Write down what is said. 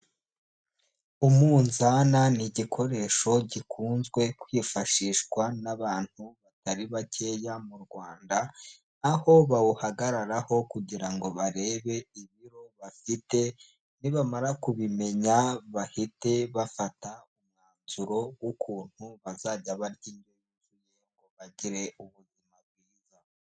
Umunzana ni igikoresho gikunzwe kwifashishwa n'abantu batari bakeya mu Rwanda, aho bawuhagararaho kugira ngo barebe ibiro bafite, nibamara kubimenya bahite bafata umwanzuro w'ukuntu bazajya barya indo yuzuye ngo bagire ubuzima bwiza.